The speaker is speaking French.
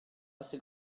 assez